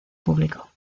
público